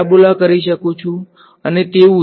linear કરી શકું છું અને તેવુ જ